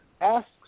asks